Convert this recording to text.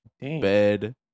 bed